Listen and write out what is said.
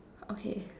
okay